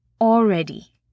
already